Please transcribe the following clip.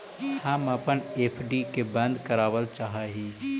हम अपन एफ.डी के बंद करावल चाह ही